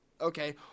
Okay